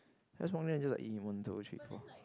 just walk there then just like one two three four